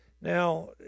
now